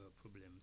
problems